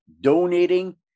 donating